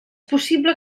possible